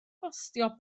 bostio